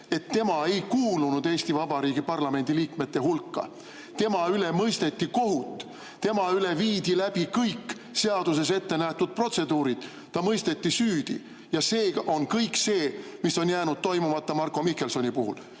et tema ei kuulunud Eesti Vabariigi parlamendi liikmete hulka. Tema üle mõisteti kohut, temaga viidi läbi kõik seaduses ette nähtud protseduurid, ta mõisteti süüdi. Aga see kõik on jäänud toimumata Marko Mihkelsoni puhul.